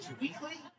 weekly